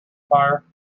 fire